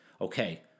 Okay